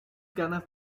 ganas